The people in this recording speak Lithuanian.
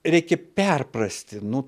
reikia perprasti nu